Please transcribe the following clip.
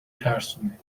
ترسونه